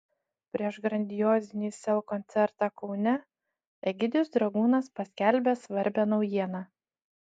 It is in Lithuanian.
prieš grandiozinį sel koncertą kaune egidijus dragūnas paskelbė svarbią naujieną